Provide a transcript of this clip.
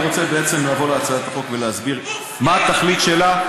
אני רוצה בעצם לעבור להצעת החוק ולהסביר מה התכלית שלה,